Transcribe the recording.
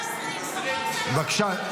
בבקשה.